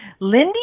Lindy